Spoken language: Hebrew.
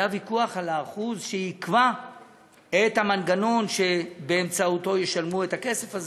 היה ויכוח על האחוז שיקבע את המנגנון שבאמצעותו ישלמו את הכסף,